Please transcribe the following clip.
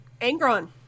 Angron